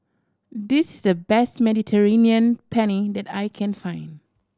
this is the best Mediterranean Penne that I can find